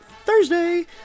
Thursday